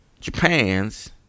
Japan's